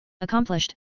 accomplished